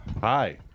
Hi